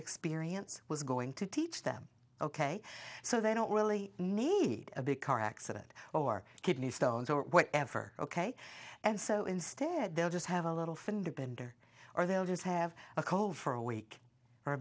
experience was going to teach them ok so they don't really need a big car accident or kidney stones or whatever ok and so instead they'll just have a little finger bender or they'll just have a cold for a week or